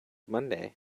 monday